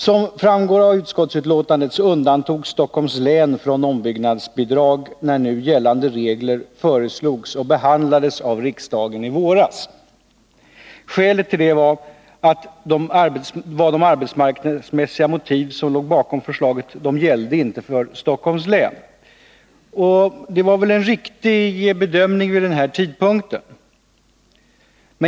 Som framgår av utskottsbetänkandet undantogs Stockholms län från ombyggnadsbidrag när nu gällande regler föreslogs och behandlades av riksdagen i våras. Skälet härtill var att de arbetsmarknadsmässiga motiv som låg bakom förslaget icke gällde för Stockholms län. Vid den tidpunkten var detta en riktig bedömning.